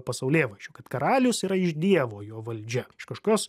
pasaulėvaizdžiu kad karalius yra iš dievo jo valdžia kažkas